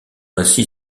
ainsi